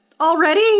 already